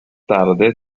tarde